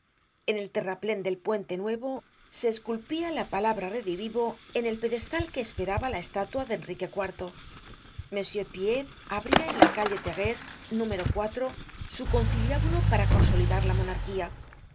en el terraplen del puente nuevo se esculpia la palabra redivivo en el pédestal que esperaba la estatua de enrique iv m piet abria en la calle thérése número su conciliábulo para consolidar la monarquía los